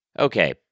Okay